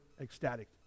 ecstatic